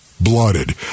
Blooded